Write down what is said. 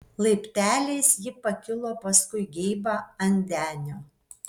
laipteliais ji pakilo paskui geibą ant denio